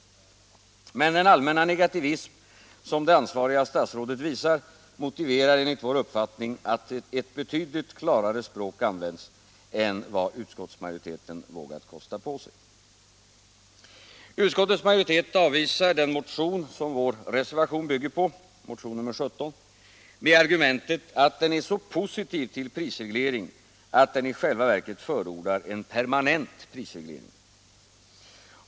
Men den allmänna negativism som det ansvariga statsrådet visar motiverar enligt vår uppfattning att ett betydligt klarare språk används än vad utskottsmajoriteten vågat kosta på sig. Utskottets majoritet avvisar den motion som vår reservation bygger på — 1976/77:17 — med argumentet att den är så positiv till prisreglering 81 att den i själva verket förordar en permanent prisreglering.